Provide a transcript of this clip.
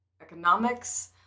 economics